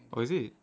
orh is it